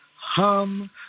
hum